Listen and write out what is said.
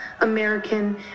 American